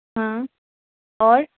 ہاں اور